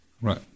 Right